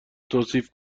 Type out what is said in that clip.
توصیف